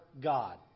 God